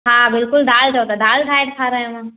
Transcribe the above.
हा बिल्कुलु दाल चओ त दाल ठाहे खारायांव